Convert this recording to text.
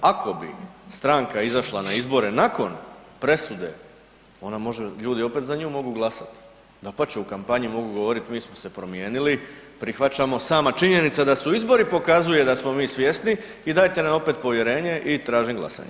Ako bi stranka izašla na izbore nakon presude, ona može, ljudi opet za nju mogu glasati, dapače, u kampanji mogu govoriti mi smo se promijenili, prihvaćamo, sama činjenica da su izbori, pokazuje da smo mi svjesni i dajte nam opet povjerenje i tražim glasanje.